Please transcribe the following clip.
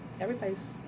everybody's